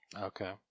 Okay